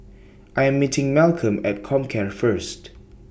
I Am meeting Malcom At Comcare First